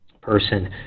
person